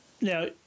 Now